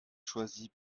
choisie